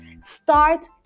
Start